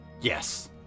Yes